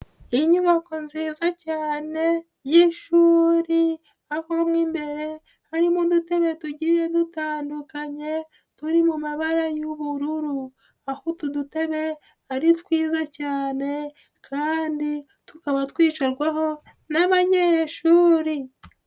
Inyubako nziza cyane y'ishuri, aho imbere harimo udutebe tugiye dutandukanye, turi mu mabara y'ubururu. Aho utu dutebe ari twiza cyane kandi tukaba twicarwaho n'abanyeshuri.